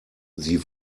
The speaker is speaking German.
sie